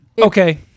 Okay